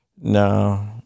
No